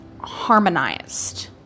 harmonized